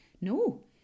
no